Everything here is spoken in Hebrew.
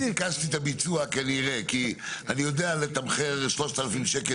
ביקשתי את הביצוע כי אני יודע לתמחר 3,000 שקל